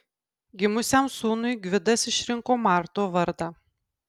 gimusiam sūnui gvidas išrinko marto vardą